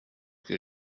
que